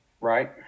right